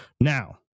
Now